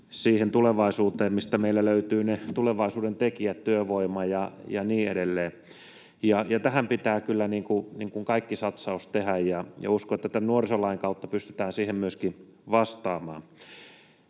siihen tulevaisuuteen, missä meillä löytyy ne tulevaisuuden tekijät, työvoima ja niin edelleen. Tähän pitää kyllä kaikki satsaukset tehdä, ja uskon, että myöskin tämän nuorisolain kautta siihen pystytään vastaamaan.